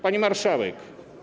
Pani Marszałek!